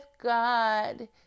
God